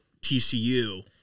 tcu